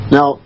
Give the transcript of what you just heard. Now